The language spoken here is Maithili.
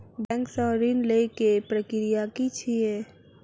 बैंक सऽ ऋण लेय केँ प्रक्रिया की छीयै?